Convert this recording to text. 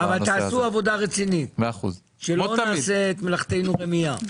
תעשו עבודה רצינית, שלא נעשה את מלאכתנו רמיה.